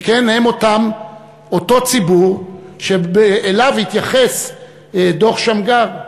שכן הם אותו ציבור שאליו התייחס דוח שמגר.